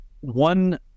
One